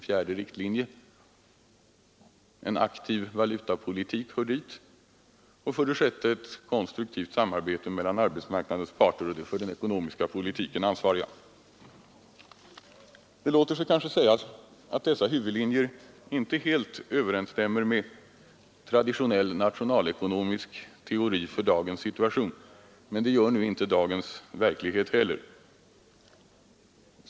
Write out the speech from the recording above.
För det femte krävs en aktiv valutapolitik; och för det sjätte ett konstruktivt samarbete mellan arbetsmarknadens parter och de för den ekonomiska politiken ansvariga. Det låter sig kanske sägas att dessa huvudlinjer inte helt överensstämmer med traditionell nationalekonomisk teori för dagens situation, men det gör nu inte dagens verklighet heller.